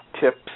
tips